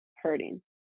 Hurting